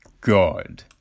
god